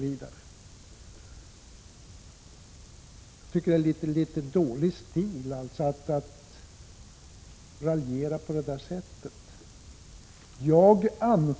Jag tycker att det är litet dålig stil att raljera på det sättet.